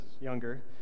younger